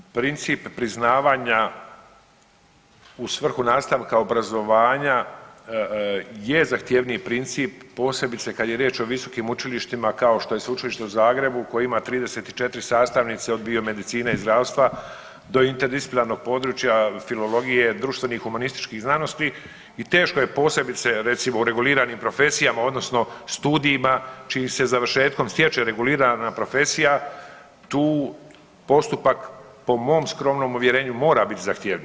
Naime, princip priznavanja u svrhu nastavka obrazovanja je zahtjevniji princip, posebice kad je riječ o visokim učilištima, kao što je Sveučilište u Zagrebu koji ima 34 sastavnice od biomedicine i zdravstva do interdisciplinarnog područja filologije, društvenih humanističkih znanosti i teško je posebice, recimo u reguliranim profesijama, odnosno studijima čiji se završetkom stječe regulirana profesija tu postupak po mom skromnom uvjerenju mora biti zahtjevniji.